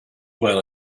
well